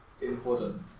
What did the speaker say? important